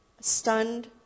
stunned